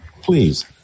Please